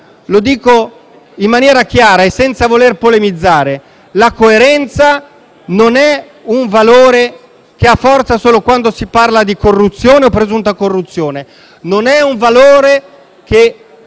Lo dico in maniera chiara e senza voler polemizzare: la coerenza non è un valore che ha forza solo quando si parla di corruzione o presunta corruzione; non è un valore che